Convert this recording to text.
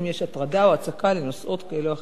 אם יש הטרדה או הצקה לנוסעות כאלה או אחרות.